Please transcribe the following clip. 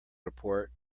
report